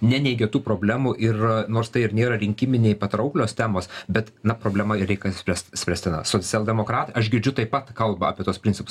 neneigė tų problemų ir nors tai ir nėra rinkiminiai patrauklios temos bet na problema ir reikia spręst spręstina socialdemokratai aš girdžiu taip pat kalba apie tuos principus